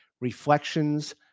reflections